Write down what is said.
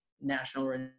National